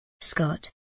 Scott